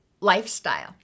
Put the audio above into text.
lifestyle